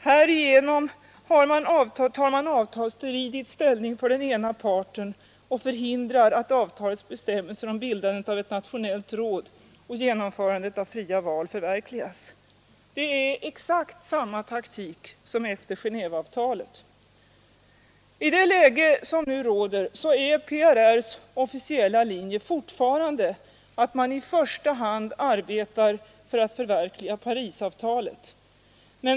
Härigenom tar man avtalsstridigt ställning för den ena parten och förhindrar att avtalets bestämmelser om bildandet av ett nationellt råd och genomförandet av fria val förverkligas. Det är exakt samma taktik som efter Genéveavtalet. I det läge som nu råder är PRR s officiella linje fortfarande att man i första hand arbetar för att förverkliga Parisavtalet.